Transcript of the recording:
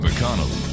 McConnell